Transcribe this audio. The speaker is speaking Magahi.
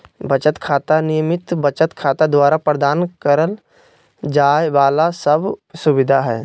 बचत खाता, नियमित बचत खाता द्वारा प्रदान करल जाइ वाला सब सुविधा हइ